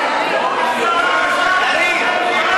זה לא בסדר.